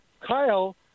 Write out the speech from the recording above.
Kyle